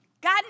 God